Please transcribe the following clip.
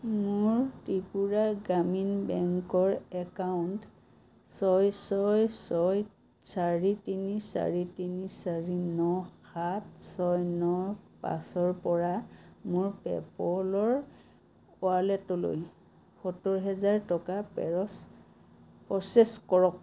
মোৰ ত্ৰিপুৰা গ্ৰামীণ বেংকৰ একাউণ্ট ছয় ছয় ছয় চাৰি তিনি চাৰি তিনি চাৰি ন সাত ছয় ন পাঁচৰ পৰা মোৰ পে' পলৰ ৱালেটলৈ সত্তৰ হাজাৰ টকা পেৰছ প্ৰ'চেছ কৰক